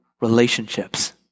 relationships